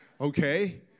Okay